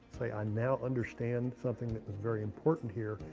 say, i now understand something that is very important here.